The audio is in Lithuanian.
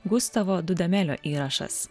gustavo dudamelio įrašas